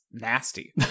nasty